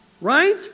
right